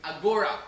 Agora